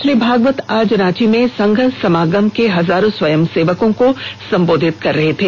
श्री भागवत आज रांची में संघ समागम के हजारों स्वयंसेवकों को संबोधित कर रहे थे